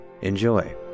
Enjoy